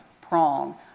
prong